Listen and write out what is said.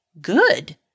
Good